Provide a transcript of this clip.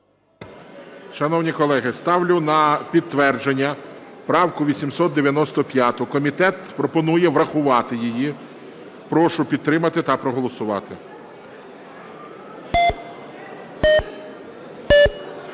Шановні колеги, ставлю на підтвердження правку 895. Комітет пропонує врахувати її. Прошу підтримати та проголосувати.